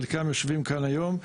חלקם יושבים כאן היום,